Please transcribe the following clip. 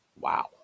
wow